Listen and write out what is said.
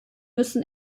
müssen